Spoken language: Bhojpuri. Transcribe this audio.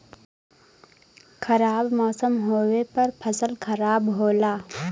खराब मौसम होवे पर फसल खराब होला